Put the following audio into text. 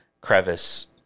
crevice